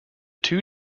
two